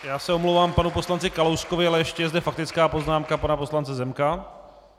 Já se omlouvám panu poslanci Kalouskovi, ale ještě je zde faktická poznámka pana poslance Zemka.